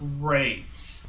Great